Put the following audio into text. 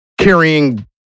carrying